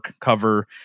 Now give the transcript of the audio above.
cover